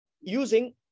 using